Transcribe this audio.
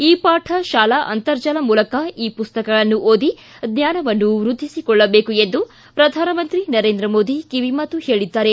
E ಪಾಠ ಶಾಲಾ ಅಂತರ್ಜಾಲ ಮೂಲಕ ಇ ಮಸ್ತಕಗಳನ್ನು ಓದಿ ಜ್ವಾನವನ್ನು ವೃದ್ಧಿಸಿಕೊಳ್ಳಬೇಕು ಎಂದು ಪ್ರಧಾನಮಂತ್ರಿ ನರೇಂದ್ರ ಮೋದಿ ಕಿವಿಮಾತು ಹೇಳಿದ್ದಾರೆ